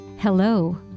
Hello